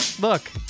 look